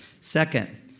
Second